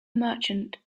merchant